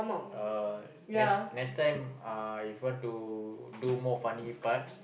uh next next time uh if you want to do more funny parts